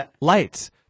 lights